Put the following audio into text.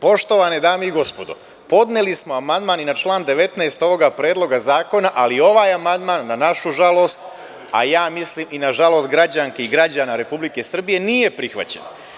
Poštovane dame i gospodo, podneli smo amandman i na član 19. ovoga Predloga zakona, ali ovaj amandman, na našu žalost, a ja mislim i na žalost građanki i građana Republike Srbije, nije prihvaćen.